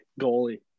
goalie